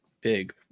big